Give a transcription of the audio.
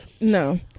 No